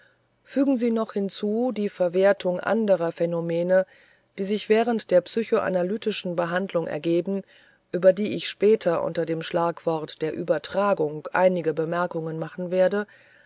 fügen sie noch hinzu die verwertung anderer phänomene die sich während der psychoanalytischen behandlung ergeben über die ich später unter dem schlagwort der übertragung einige bemerkungen machen werde